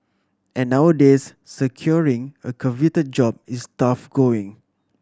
and nowadays securing a coveted job is tough going